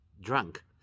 drunk